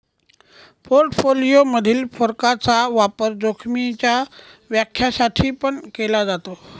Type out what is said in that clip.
portfolio मधील फरकाचा वापर जोखीमीच्या व्याख्या साठी पण केला जातो